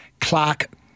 Clark